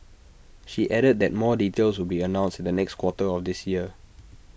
she added that more details will be announced in the next quarter of this year